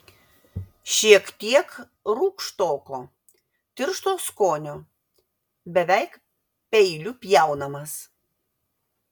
šiek tiek rūgštoko tiršto skonio beveik peiliu pjaunamas